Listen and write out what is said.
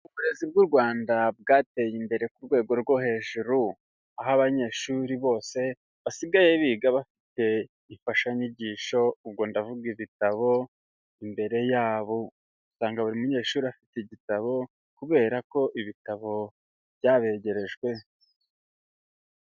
Uburezi bw'u Rwanda bwateye imbere ku rwego rwo hejuru, aho abanyeshuri bose basigaye biga bafite imfashanyigisho ubwo ndavuga ibitabo imbere yabo, usanga buri munyeshuri afite igitabo kubera ko ibitabo byabegerejwe.